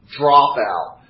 dropout